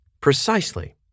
precisely